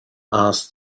asked